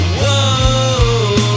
whoa